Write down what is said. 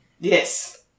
Yes